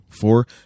four